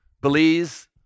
Belize